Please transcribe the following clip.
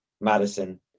Madison